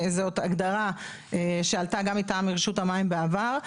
זאת הגדרה שעלתה גם מטעם רשות המים בעבר.